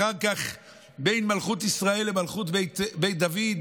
אחר כך בין מלכות ישראל למלכות בית דוד,